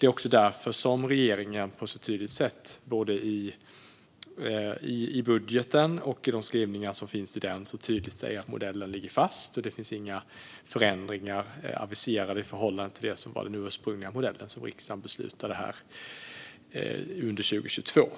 Det är också därför regeringen på ett så tydligt sätt, både i budgeten och i de skrivningar som finns, säger att modellen ligger fast och att det inte finns några förändringar aviserade i förhållande till den ursprungliga modellen, som riksdagen beslutade om 2022.